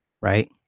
right